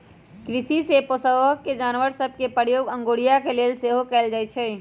कृषि में पोशौआका जानवर सभ के प्रयोग अगोरिया के लेल सेहो कएल जाइ छइ